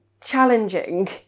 challenging